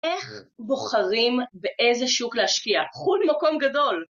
איך בוחרים באיזה שוק להשקיע? חו"ל היא מקום גדול.